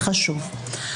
זה חשוב.